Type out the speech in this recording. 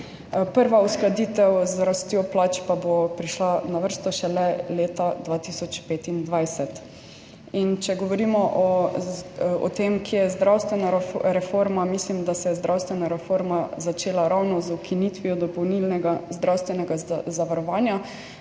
prva uskladitev z rastjo plač pa bo prišla na vrsto šele leta 2025. In če govorimo o tem, kje je zdravstvena reforma, mislim, da se je zdravstvena reforma začela ravno z ukinitvijo dopolnilnega zdravstvenega zavarovanja,